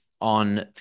on